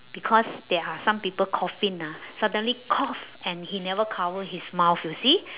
because there are some people coughing lah suddenly cough and he never cover his mouth you see